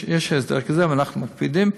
יש הסדר כזה, ואנחנו מקפידים.